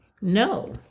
No